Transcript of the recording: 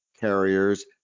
carriers